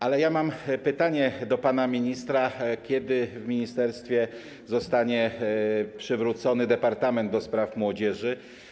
Ale mam pytanie do pana ministra: Kiedy w ministerstwie zostanie przywrócony departament do spraw młodzieży?